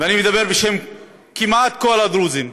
ואני מדבר כמעט בשם כל הדרוזים,